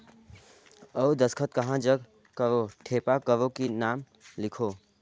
अउ दस्खत कहा जग करो ठेपा करो कि नाम लिखो?